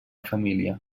família